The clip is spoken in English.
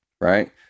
right